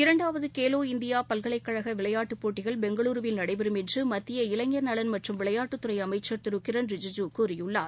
இரண்டாவது கேலோ இந்தியா பல்கலைக்கழக விளையாட்டுப் போட்டிகள் பெங்களூருவில் நடைபெறும் என்று மத்திய இளைஞர் நலன் மற்றும் விளையாட்டுத்துறை அமைச்சர் திரு கிரண் ரிஜிஜூ கூறியுள்ளார்